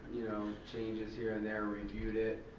you know, changes here and there, reviewed it,